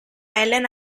ellen